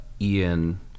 Ian